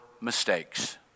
mistakes